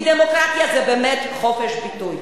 דמוקרטיה זה באמת חופש ביטוי,